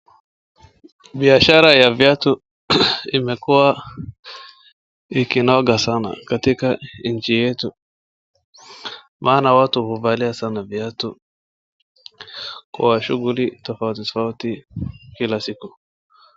Biashara ya viatu imekuwa ikinoga sana katika nchi yetu. Maana watu huvalia sana viatu Kwa shughuli tofauti tofauti kila siku.